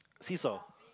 seesaw